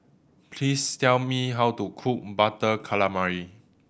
please tell me how to cook Butter Calamari